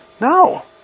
No